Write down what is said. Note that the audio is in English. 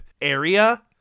area